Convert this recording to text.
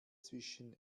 zwischen